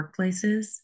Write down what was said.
workplaces